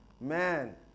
man